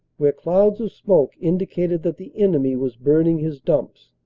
where clouds of smoke indicated that the enemy was burning his dumps.